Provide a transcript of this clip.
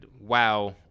wow